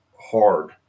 hard